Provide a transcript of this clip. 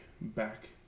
back